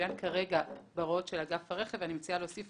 שמצוין כרגע בהוראות של אגף הרכב ואני מציעה להוסיף